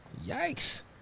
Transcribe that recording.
Yikes